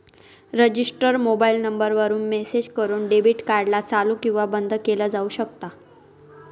register mobile number वरून message करून debit card ला चालू किंवा बंद केलं जाऊ शकता